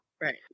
Right